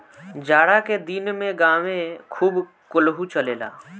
जाड़ा के दिन में गांवे खूब कोल्हू चलेला